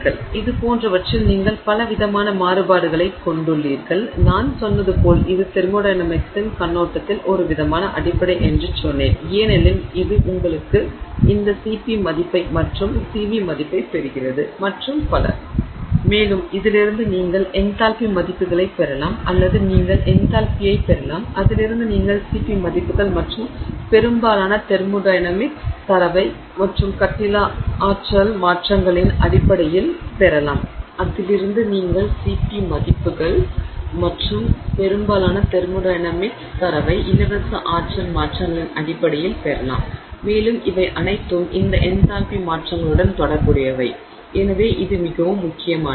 எனவே இது போன்றவற்றில் நீங்கள் பலவிதமான மாறுபாடுகளைக் கொண்டுள்ளீர்கள் நான் சொன்னது போல் இது தெர்மோடையனமிக்ஸின் கண்ணோட்டத்தில் ஒருவிதமான அடிப்படை என்று சொன்னேன் ஏனெனில் இது உங்களுக்கு இந்த Cp மதிப்பு மற்றும் Cv மதிப்பைப் பெறுகிறது மற்றும் பல மேலும் இதிலிருந்து நீங்கள் என்தால்பி மதிப்புகளைப் பெறலாம் அல்லது நீங்கள் என்தால்பியைப் பெறலாம் அதிலிருந்து நீங்கள் Cp மதிப்புகள் மற்றும் பெரும்பாலான தெர்மோடையனமிக்thermodynamics வெப்பஇயக்கவியல் தரவை இலவச ஆற்றல் மாற்றங்களின் அடிப்படையில் பெறலாம் மேலும் இவை அனைத்தும் இந்த என்தால்பி மாற்றங்களுடன் தொடர்புடையவை எனவே இது மிகவும் முக்கியமானது